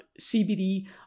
CBD